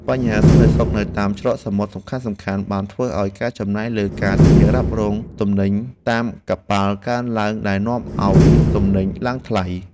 បញ្ហាសន្តិសុខនៅតាមច្រកសមុទ្រសំខាន់ៗបានធ្វើឱ្យការចំណាយលើការធានារ៉ាប់រងទំនិញតាមកប៉ាល់កើនឡើងដែលនាំឱ្យទំនិញឡើងថ្លៃ។